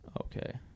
Okay